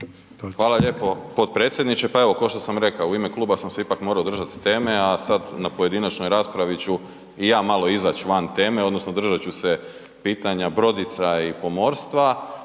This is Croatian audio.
Hvala lijepo potpredsjedniče. Pa evo, ko što sam i rekao u ime kluba sam se pak morao držati teme a sad na pojedinačnoj raspravi ću i ja malo izać malo van teme, odnosno držat ću se pitanja brodica i pomorstva